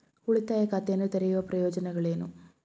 ಉಳಿತಾಯ ಖಾತೆಯನ್ನು ತೆರೆಯುವ ಪ್ರಯೋಜನಗಳೇನು?